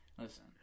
listen